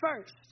first